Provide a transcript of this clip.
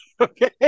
okay